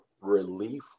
relief